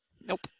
Nope